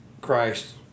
Christ